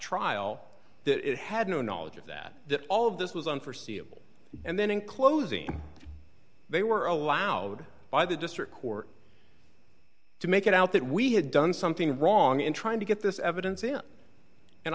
trial that it had no knowledge of that that all of this was on forseeable and then in closing they were allowed by the district court to make it out that we had done something wrong in trying to get this evidence in and